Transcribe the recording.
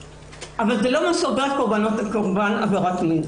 אבל זה לא מה שקורה לקורבן עבירות מין.